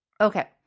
Okay